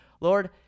Lord